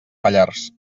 pallars